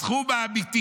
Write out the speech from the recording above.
הסכום האמיתי